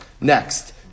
Next